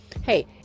Hey